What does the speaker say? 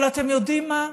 אבל אתם יודעים מה?